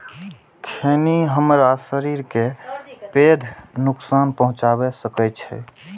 खैनी हमरा शरीर कें पैघ नुकसान पहुंचा सकै छै